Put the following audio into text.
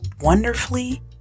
wonderfully